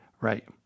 Right